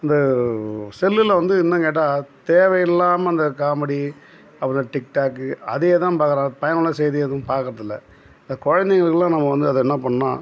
இந்த செல்லில் வந்து இன்னும் கேட்டால் தேவையில்லாமல் இந்த காமெடி அப்புறம் டிக்டாக்கு அதேதான் பார்க்குறான் பயனுள்ள செய்தி எதுவும் பார்க்கறதில்ல இந்த குழந்தைங்களுக்கெல்லாம் நம்ம வந்து அதை என்ன பண்ணும்னால்